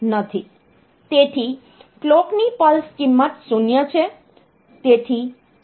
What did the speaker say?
તેથી કલોકની પલ્સ કિંમત 0 છે